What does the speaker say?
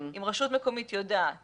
אם רשות מקומית יודעת